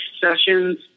Sessions